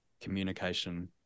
communication